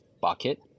bucket